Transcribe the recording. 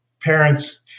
parents